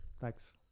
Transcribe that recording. Thanks